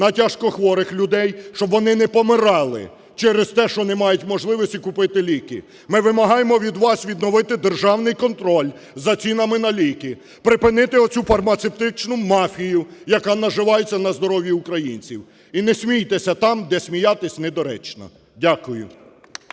на тяжкохворих людей, щоб вони не помирали через те, що вони не мають можливості купити ліки! Ми вимагаємо від вас відновити державний контроль за цінами на ліки, припинити оцю фармацевтичну мафію, яка наживається на здоров'ї українців. І не смійтеся там, де сміятися недоречно.